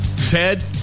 Ted